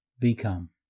become